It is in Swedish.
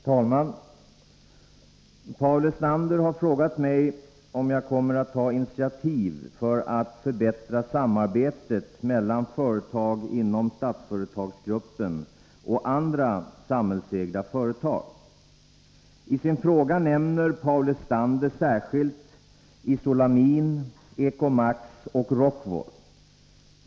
Herr talman! Paul Lestander har frågat mig om jag kommer att ta initiativ för att förbättra samarbetet mellan företag inom Statsföretagsgruppen och andra samhällsägda företag. I sin fråga nämner Paul Lestander särskilt Isolamin, Ecotnax och Rockwool.